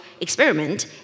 experiment